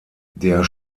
der